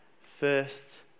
first